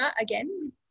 again